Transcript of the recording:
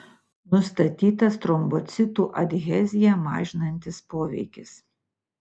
nustatytas trombocitų adheziją mažinantis poveikis